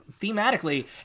thematically